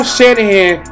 Shanahan